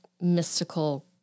mystical